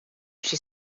she